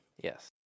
yes